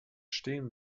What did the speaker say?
stehen